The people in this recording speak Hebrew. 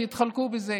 שיתחלקו בזה.